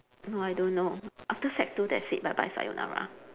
no I don't know after sec two that's it bye bye sayonara